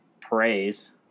praise